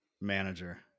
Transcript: manager